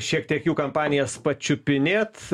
šiek tiek jų kampanijas pačiupinėt